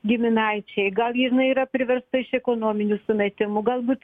giminaičiai gal jinai yra priversta iš ekonominių sumetimų galbūt